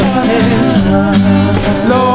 Lord